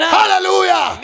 hallelujah